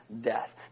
death